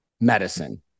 medicine